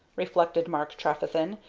reflected mark trefethen,